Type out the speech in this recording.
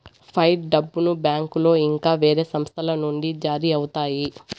fight డబ్బును బ్యాంకులో ఇంకా వేరే సంస్థల నుండి జారీ అవుతాయి